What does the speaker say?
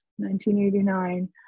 1989